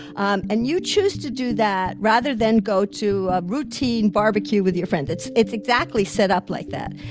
um and you choose to do that rather than go to a routine barbecue with your friend. it's it's exactly set up like that.